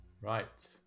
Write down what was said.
Right